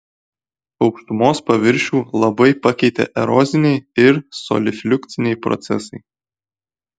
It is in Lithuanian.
aukštumos paviršių labai pakeitė eroziniai ir solifliukciniai procesai